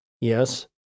Yes